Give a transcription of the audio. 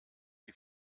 die